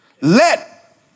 Let